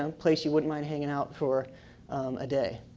um place you wouldn't mind hanging out for a day.